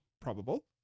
probable